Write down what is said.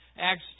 Acts